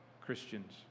Christians